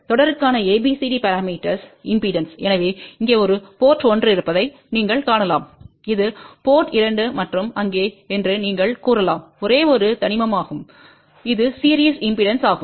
எனவே தொடருக்கான ABCD parameters impedance எனவே இங்கே ஒரு போர்ட் 1 இருப்பதை நீங்கள் காணலாம் இது போர்ட் 2 மற்றும் அங்கே என்று நீங்கள் கூறலாம் ஒரே ஒரு தனிமமாகும் இது சீரிஸ் இம்பெடன்ஸ் ஆகும்